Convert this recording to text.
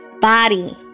body